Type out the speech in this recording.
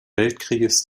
weltkrieges